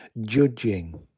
judging